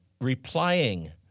replying